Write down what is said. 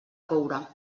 coure